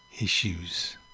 issues